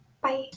bye